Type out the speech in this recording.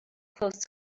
close